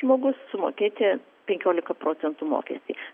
žmogus sumokėti penkiolika procentų mokestį